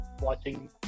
watching